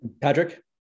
Patrick